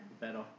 better